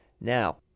Now